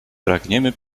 pragniemy